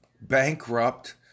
bankrupt